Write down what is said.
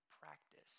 practice